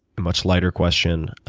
much lighter question,